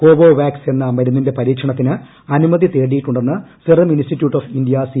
Covovax എന്ന മരുന്നിന്റെ പരീക്ഷണത്തിന് അനുമതി തേടിയിട്ടുണ്ടെന്ന് serum institute of India C